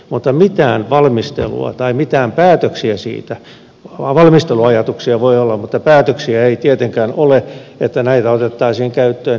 mutta mitään valmistelua tai mitään päätöksiä siitä valmisteluajatuksia voi olla mutta päätöksiä ei tietenkään ole että näitä otettaisiin käyttöön ei tietenkään ole